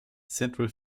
central